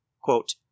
Quote